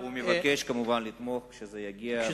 ומבקש כמובן לתמוך כשזה יגיע להצבעה.